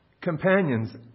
Companions